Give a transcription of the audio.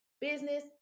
business